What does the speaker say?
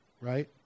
Right